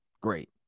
great